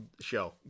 show